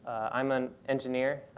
i'm an engineer.